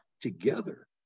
together